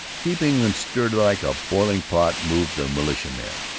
keeping them stirred like a boiling pot, moved the militiamen.